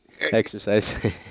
exercise